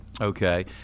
Okay